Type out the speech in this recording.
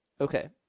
Okay